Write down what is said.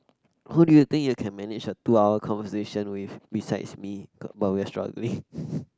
who do you think you can manage a two hour conversation with besides me but we're struggling